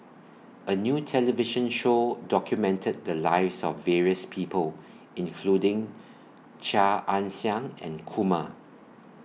A New television Show documented The Lives of various People including Chia Ann Siang and Kumar